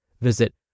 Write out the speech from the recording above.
Visit